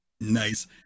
Nice